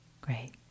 Great